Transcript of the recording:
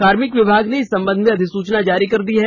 कार्मिक विभाग ने इस संबंध में अधिसूचना जारी कर दी है